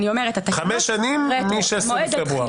חמש שנים מ-16 בפברואר.